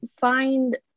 find